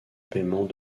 paiement